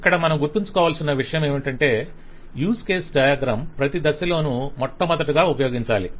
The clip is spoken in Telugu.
ఇక్కడ మనం గుర్తుంచుకోవాల్సిన విషయమేమంటే యూజ్ కేస్ డయాగ్రమ్ ప్రతి దశలోనూ మొట్టమొదటగా ఉపయోగించాలి